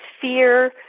fear